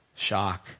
Shock